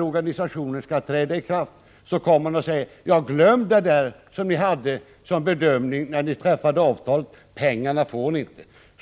organisationen skall träda i kraft, förklara: Glöm förutsättningarna för avtalet; några pengar får ni inte.